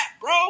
bro